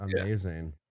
amazing